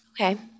Okay